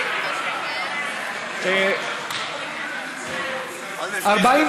התשע"ז 2017, לוועדת הפנים והגנת הסביבה נתקבלה.